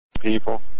people